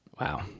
Wow